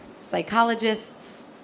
psychologists